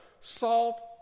salt